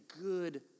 good